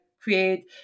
create